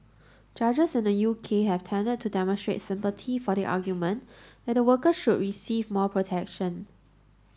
judges in the U K have tended to demonstrate sympathy for the argument that the workers should receive more protection